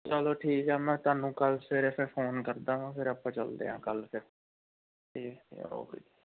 ਚੱਲੋ ਠੀਕ ਹੈ ਮੈਂ ਤੁਹਾਨੂੰ ਕੱਲ੍ਹ ਸਵੇਰੇ ਫਿਰ ਫ਼ੋਨ ਕਰਦਾ ਹਾਂ ਫਿਰ ਆਪਾਂ ਚੱਲਦੇ ਹਾਂ ਕੱਲ੍ਹ ਫਿਰ ਠੀਕ ਹੈ ਓਕੇ